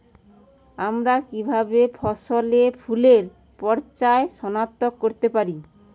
আমরা কিভাবে ফসলে ফুলের পর্যায় সনাক্ত করতে পারি?